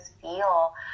feel